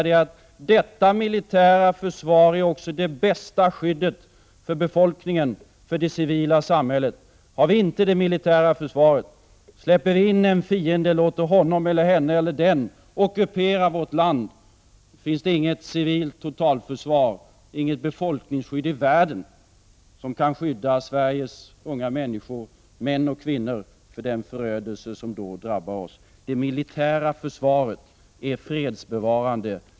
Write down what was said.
Detta militära försvar är också det bästa skyddet för befolkningen och för det civila samhället. Har vi inte det militära försvaret utan släpper in en fiende och låter denne ockupera vårt land, finns det inget civilt totalförsvar, inget befolkningsskydd i världen som kan skydda Sveriges människor, män och kvinnor, för den förödelse som då drabbar oss. Det militära försvaret är fredsbevarande.